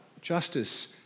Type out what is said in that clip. justice